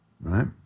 right